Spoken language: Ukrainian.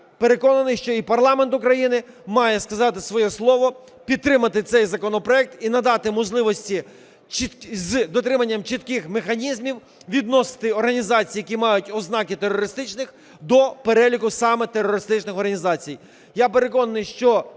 переконаний, що і парламент України має сказати своє слово, підтримати цей законопроект і надати можливості з дотриманням чітких механізмів відносити організації, які мають ознаки терористичних, до переліку саме терористичних організацій. Я переконаний, що